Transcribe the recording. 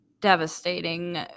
devastating